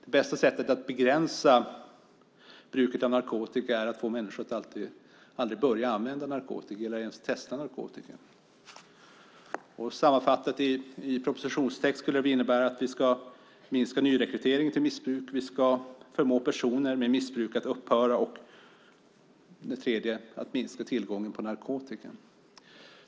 Det bästa sättet att begränsa bruket av narkotika är att få människor att aldrig börja använda eller ens testa narkotika. Sammanfattat i propositionstext innebär det att vi ska minska nyrekryteringen till missbruk, förmå människor med missbruk att upphöra och minska tillgången på narkotika.